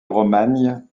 romagne